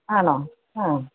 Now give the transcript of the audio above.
ആണോ ആ